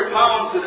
pounds